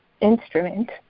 instrument